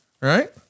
right